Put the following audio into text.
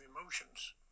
emotions